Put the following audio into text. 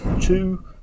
two